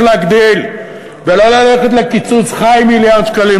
להגדיל ולא ללכת לקיצוץ ח"י מיליארד שקלים,